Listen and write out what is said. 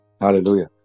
Hallelujah